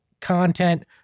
content